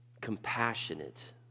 compassionate